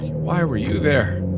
why were you there?